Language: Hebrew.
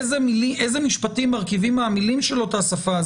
איזה משפטים מרכיבים מהמילים של אותה השפה,